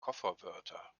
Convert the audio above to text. kofferwörter